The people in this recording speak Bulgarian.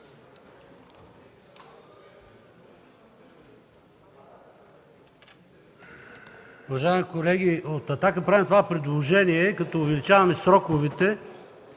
Благодаря